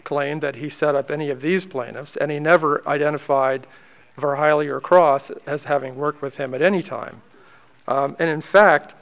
claimed that he set up any of these plaintiffs and he never identified very highly or crosses as having worked with him at any time and in fact